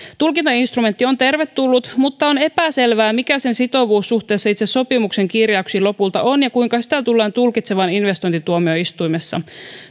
tulkintainstrumentti on tervetullut mutta on epäselvää mikä sen sitovuus suhteessa itse sopimuksen kirjauksiin lopulta on ja kuinka sitä tullaan tulkitsemaan investointituomioistuimessa